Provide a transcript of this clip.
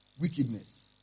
Wickedness